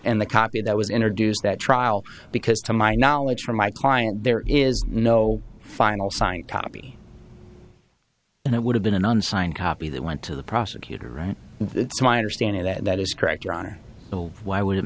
and the copy that was introduced at trial because to my knowledge from my client there is no final signed copy and it would have been an unsigned copy that went to the prosecutor right and it's my understanding that that is correct your honor why would